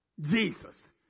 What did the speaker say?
Jesus